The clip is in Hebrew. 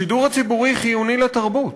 השידור הציבורי חיוני לתרבות,